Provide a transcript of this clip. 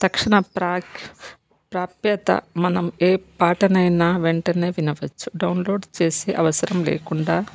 తక్షణ ప్రా ప్రాప్యత మనం ఏ పాటనైనా వెంటనే వినవచ్చు డౌన్లోడ్ చేసే అవసరం లేకుండా